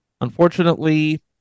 Unfortunately